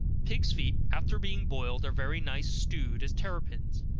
pigs' feet, after being boiled, are very nice stewed as terrapins,